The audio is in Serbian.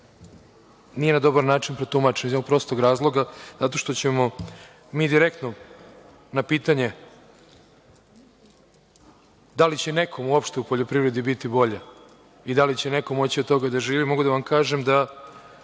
nije na dobar način protumačeno iz jednog prostog razloga, zato što ćemo mi direktno na pitanje – da li će nekom uopšte u poljoprivredi biti bolje i da li će neko moći od toga da živi… Mogu da vam kažem da,